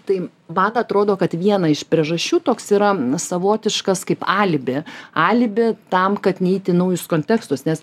tai man atrodo kad viena iš priežasčių toks yra savotiškas kaip alibi alibi tam kad neiti į naujus kontekstus nes